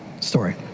story